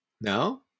No